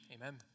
Amen